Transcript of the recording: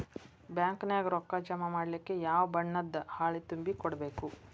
Bank ನ್ಯಾಗ ರೊಕ್ಕಾ ಜಮಾ ಮಾಡ್ಲಿಕ್ಕೆ ಯಾವ ಬಣ್ಣದ್ದ ಹಾಳಿ ತುಂಬಿ ಕೊಡ್ಬೇಕು?